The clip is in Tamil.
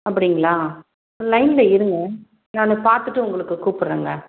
அப்படிங்களா லைனில் இருங்க நான் பார்த்துட்டு உங்களுக்கு கூப்பிடுறங்க